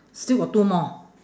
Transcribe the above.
still got two more